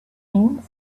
been